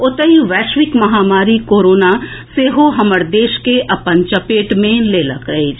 ओतहि वैश्विक महामारी कोरोना सेहो हमर देश के अपन चपेट मे लेलक अछि